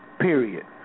period